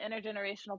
intergenerational